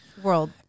world